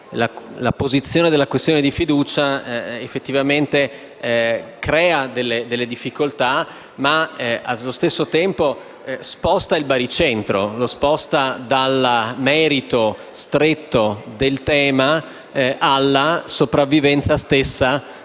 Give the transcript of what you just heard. L'apposizione della questione di fiducia effettivamente crea delle difficoltà, ma - allo stesso tempo - sposta il baricentro dal merito stretto del tema alla sopravvivenza del